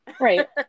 Right